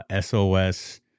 SOS